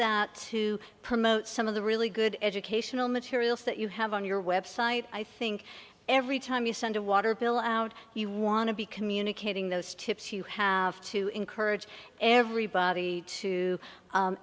that to promote some of the really good educational materials that you have on your website i think every time you send a water bill out you want to be communicating those tips you have to encourage everybody to